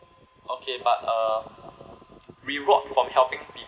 okay but uh reward from helping peo~